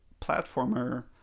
platformer